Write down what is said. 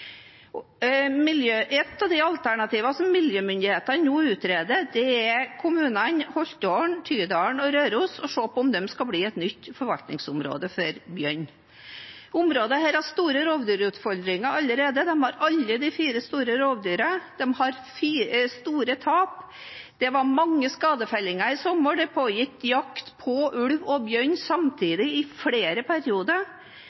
Et av de alternativene som miljømyndighetene nå utreder, er å se på om kommunene Holtålen, Tydal og Røros skal bli et nytt forvaltningsområde for bjørn. Dette området har store rovdyrutfordringer allerede. De har alle de fire store rovdyrene, de har store tap, det var mange skadefellinger i sommer, og det pågikk jakt på ulv og